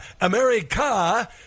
America